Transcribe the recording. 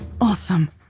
Awesome